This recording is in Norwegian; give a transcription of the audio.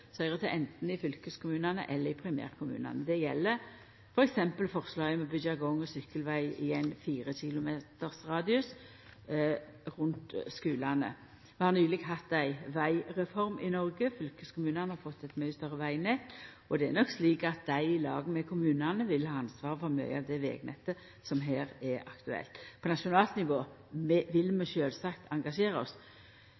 i fylkeskommunane eller i primærkommunane. Det gjeld f.eks. forslaget om å byggja gang- og sykkelvegar i ein radius på 4 km rundt skulane. Vi har nyleg hatt ei vegreform i Noreg. Fylkeskommunane har fått eit mykje større vegnett, og det er nok slik at dei, i lag med kommunane, vil ha ansvaret for mykje av det vegnettet som er aktuelt her. På nasjonalt nivå vil